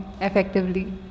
effectively